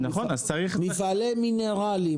מפעלי מינרלים,